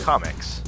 Comics